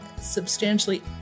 substantially